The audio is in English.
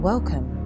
Welcome